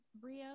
Brio